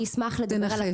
תנחש.